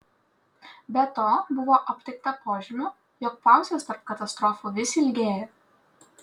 be to buvo aptikta požymių jog pauzės tarp katastrofų vis ilgėja